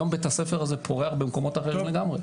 היום בית הספר הזה פורח במקומות אחרים לגמרי.